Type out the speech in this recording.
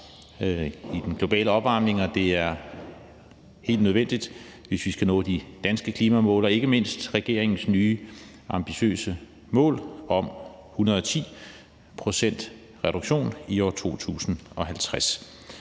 i den globale opvarmning, og det er helt nødvendigt, hvis vi skal nå de danske klimamål og ikke mindst regeringens nye ambitiøse mål om en reduktion på 110